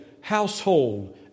household